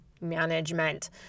management